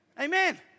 Amen